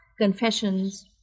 confessions